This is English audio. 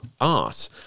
art